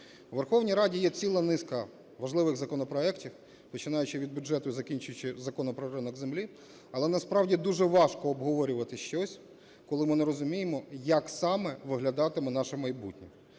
У Верховній Раді є ціла низка важливих законопроектів, починаючи від бюджету і закінчуючи Законом про ринок землі, але насправді дуже важко обговорювати щось, коли ми не розуміємо, як саме виглядатиме наше майбутнє.